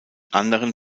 anderen